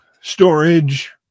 storage